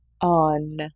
on